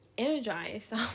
energized